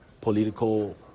political